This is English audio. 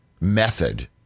method